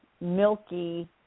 milky